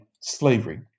slavery